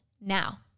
now